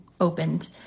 opened